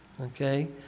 okay